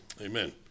Amen